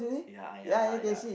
ya uh ya ya